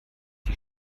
die